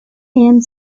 anne